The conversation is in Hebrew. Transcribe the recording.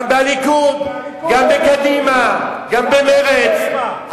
גם מהליכוד, גם בקדימה, גם במרצ.